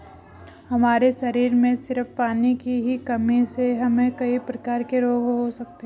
हमारे शरीर में सिर्फ पानी की ही कमी से हमे कई प्रकार के रोग हो सकते है